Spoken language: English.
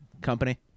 company